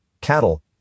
cattle